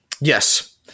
Yes